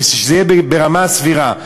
ושזה יהיה ברמה סבירה.